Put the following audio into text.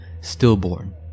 Stillborn